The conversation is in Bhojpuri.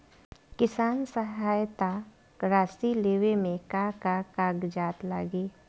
किसान सहायता राशि लेवे में का का कागजात लागी?